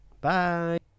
Bye